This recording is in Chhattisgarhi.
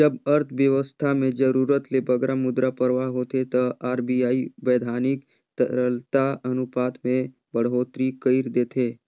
जब अर्थबेवस्था में जरूरत ले बगरा मुद्रा परवाह होथे ता आर.बी.आई बैधानिक तरलता अनुपात में बड़होत्तरी कइर देथे